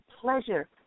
pleasure